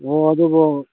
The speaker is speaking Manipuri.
ꯑꯣ ꯑꯗꯨꯕꯨ